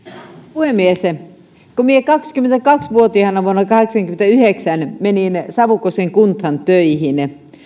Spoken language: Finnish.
puhemies kun minä kaksikymmentäkaksi vuotiaana vuonna kahdeksankymmentäyhdeksän menin savukosken kuntaan töihin